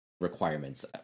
requirements